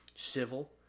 Civil